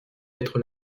être